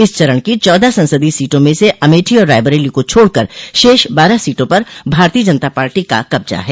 इस चरण की चौदह संसदीय सीटों में से अमेठी और रायबरेली को छोड़कर शेष बारह सीटों पर भारतीय जनता पार्टी का कब्जा है